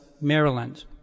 Maryland